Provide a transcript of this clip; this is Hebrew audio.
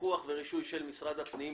לפיקוח ורישוי של משרד הפנים.